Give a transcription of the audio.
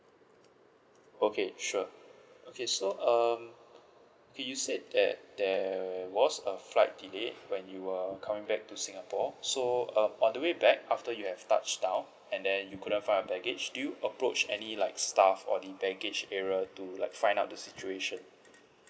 okay sure okay so um okay you said that there was a flight delay when you were coming back to singapore so um on the way back after you have touched down and then you couldn't find your baggage did you approach any like staff or the baggage area to like find out the situation